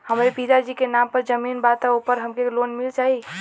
हमरे पिता जी के नाम पर जमीन बा त ओपर हमके लोन मिल जाई?